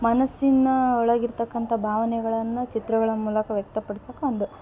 ಮನಸ್ಸಿನ ಒಳಗಿರ್ತಕ್ಕಂಥ ಭಾವನೆಗಳನ್ನು ಚಿತ್ರಗಳ ಮೂಲಕ ವ್ಯಕ್ತಪಡ್ಸಕೊಂಡು